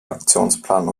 aktionsplan